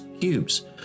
cubes